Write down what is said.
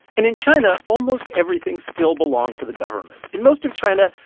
and in china, almost everything still belonged to the government. in most of china,